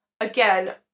again